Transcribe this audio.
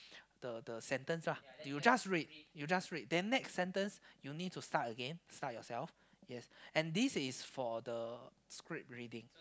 the the sentence ah you just read you just read then next sentence you need to start again start yourself yes and this is for the script reading